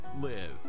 live